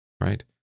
right